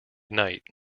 night